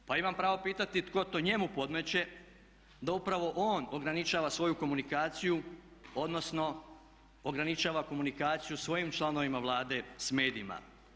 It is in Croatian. Pa imam pravo pitati tko to njemu podmeće da upravo on ograničava svoju komunikaciju odnosno ograničava komunikaciju svojim članovima Vlade s medijima?